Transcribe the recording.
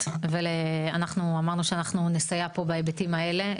ואנחנו אמרנו שנסייע פה בהיבטים האלה.